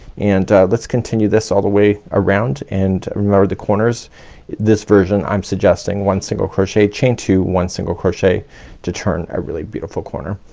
and let's continue this all the way around and remember the corners this version i'm suggesting one single crochet, chain two, one single crochet to turn a really beautiful corner.